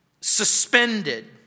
suspended